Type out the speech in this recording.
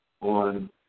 on